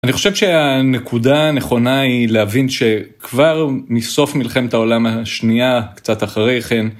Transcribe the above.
אני חושב שהנקודה הנכונה היא להבין שכבר מסוף מלחמת העולם השנייה, קצת אחרי כן,